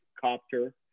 copter